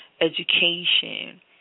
education